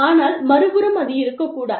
ஆனால் மறுபுறம் அது இருக்கக்கூடாது